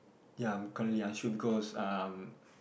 ya currently unsure because um